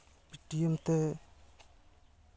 Paytm ᱛᱮ